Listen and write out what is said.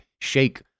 shake